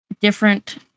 different